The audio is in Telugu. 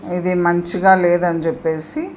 ఇది మంచిగా లేదని చెెప్పేసి